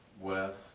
West